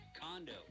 condo